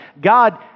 God